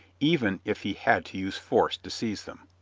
even if he had to use force to seize them.